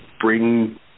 bring